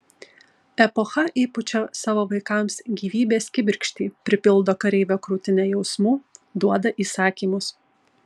epocha įpučia savo vaikams gyvybės kibirkštį pripildo kareivio krūtinę jausmų duoda įsakymus